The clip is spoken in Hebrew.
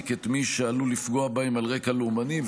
את מי שעלול לפגוע בהם על רקע לאומני,